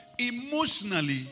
emotionally